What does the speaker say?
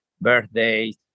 birthdays